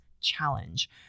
challenge